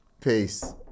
Peace